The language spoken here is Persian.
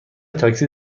تاکسی